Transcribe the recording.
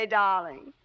darling